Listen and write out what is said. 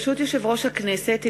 ברשות יושב-ראש הכנסת,